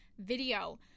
video